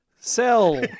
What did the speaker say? Sell